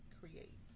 create